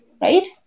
Right